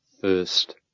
first